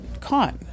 caught